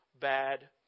bad